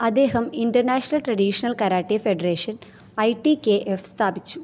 അദ്ദേഹം international traditional karate federation I T K F സ്ഥാപിച്ചു